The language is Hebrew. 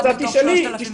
אחד מתוך 3,000 ילדים.